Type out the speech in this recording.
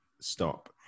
stop